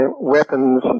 weapons